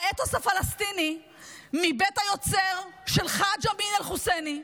האתוס הפלסטיני מבית היוצר של חאג' אמין אל-חוסייני,